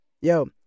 Yo